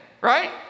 right